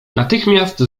natychmiast